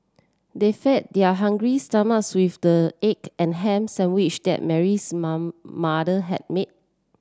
they fed their hungry stomachs with the egg and ham sandwich that Mary's mom mother had made